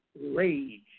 Rage